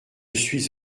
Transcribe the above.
suis